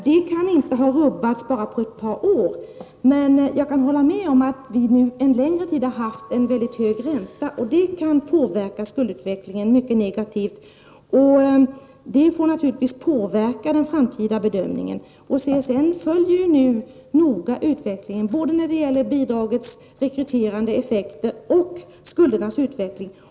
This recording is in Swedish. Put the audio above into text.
Det kan inte ha rubbats bara på ett par år. Jag kan hålla med om att vi under en längre tid har haft en väldigt hög ränta, och det kan påverka skuldutvecklingen mycket negativt. Det påverkar naturligtvis den framtida bedömningen. CSN följer nu noga utvecklingen både när det gäller bidragets effekter på rekryteringen och skuldernas utveckling.